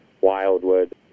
Wildwood